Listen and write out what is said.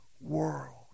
world